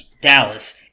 Dallas